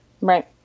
Right